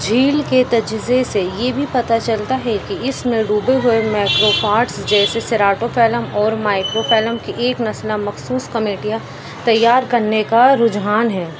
جھیل کے تجزیے سے یہ بھی پتہ چلتا ہے کہ اس میں ڈوبے ہوئے مائکرو پارٹس جیسے سراٹوفائلم اور مائکروفائلم کی ایک مسنم مخصوص کمیونٹیاں تیار کرنے کا رجحان ہے